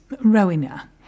Rowena